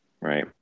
right